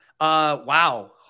Wow